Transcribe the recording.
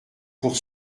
pour